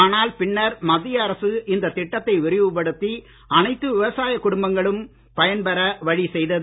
ஆனால் பின்னர் மத்திய அரசு இந்த திட்டத்தை விரிவுப்படுத்தி அனைத்து விவசாய குடும்பங்களும் பயன் பெற வழி செய்தது